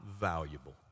valuable